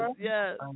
Yes